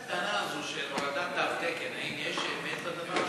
לגבי הטענה של הורדת התקן, האם יש אמת בדבר?